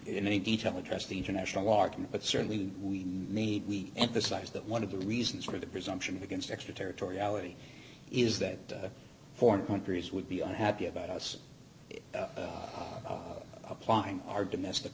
in any detail address the international argument but certainly we need we emphasize that one of the reasons for the presumption against extraterritoriality is that foreign countries would be unhappy about us applying our domestic